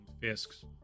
fisk's